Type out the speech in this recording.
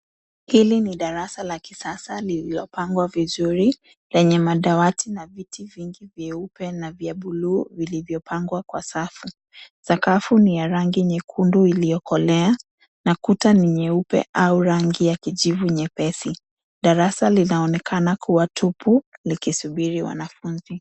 Hili ni darasa la kisasa lililopangwa vizuri lenye madawati na viti vingi vyeupe na vya bluu vilivyopangwa kwa safu. Sakafu ni ya rangi nyekundu iliyokolea na kuta ni nyeupe au rangi ya kijivu nyepesi. Darasa linaonekana kuwa tupu likisubiri wanafunzi.